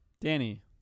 Danny